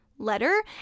letter